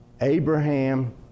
Abraham